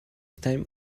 time